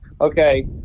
okay